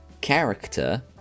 character